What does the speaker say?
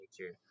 nature